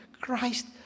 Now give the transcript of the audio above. Christ